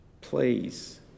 please